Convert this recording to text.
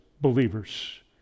believers